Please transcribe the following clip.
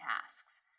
tasks